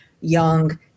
young